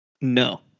No